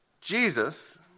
Jesus